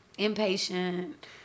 impatient